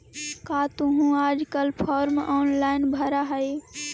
का तुहूँ आजकल सब फॉर्म ऑनेलाइन भरऽ हही?